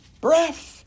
breath